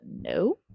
no